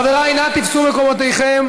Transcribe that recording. חבריי, נא תפסו מקומותיכם.